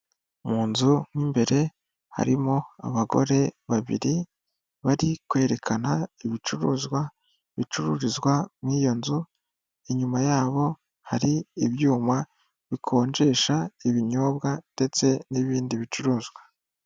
Mu nzu mo imbere, harimo abagore babiri, bari kwerekana ibicuruzwa bicururizwa mu iyo nzu, inyuma yabo hari ibyuma bikonjesha ibinyobwa ndetse n'ibindi bicuruzwa.